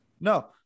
No